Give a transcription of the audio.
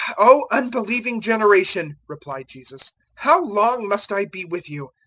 o unbelieving generation! replied jesus how long must i be with you?